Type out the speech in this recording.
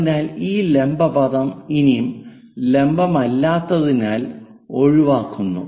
അതിനാൽ ഈ ലംബ പദം ഇനി ലംബമല്ലാത്തതിനാൽ ഒഴിവാക്കുന്നു